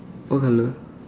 what colour